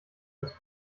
des